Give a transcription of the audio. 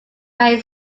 main